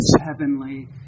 heavenly